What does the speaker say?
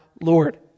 Lord